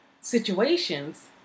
situations